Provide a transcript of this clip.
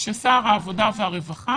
ששר העבודה והרווחה